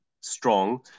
strong